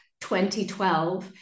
2012